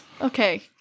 Okay